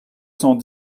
cent